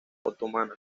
otomana